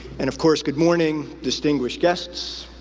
and of course, good morning distinguished guests,